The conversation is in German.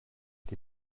die